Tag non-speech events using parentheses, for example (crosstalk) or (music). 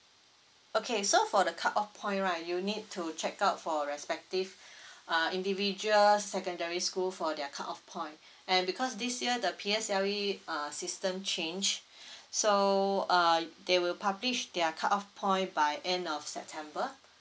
okay so for the cut off point right you need to check out for respective (breath) uh individual secondary school for their cut off point (breath) and because this year the P_S_L_E uh system changed (breath) so uh they will publish their cut off point by end of september